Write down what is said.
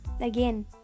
again